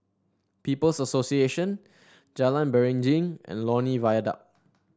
People's Association Jalan Beringin and Lornie Viaduct